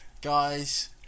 guys